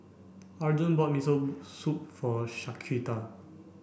Arjun bought Miso Soup for Shaquita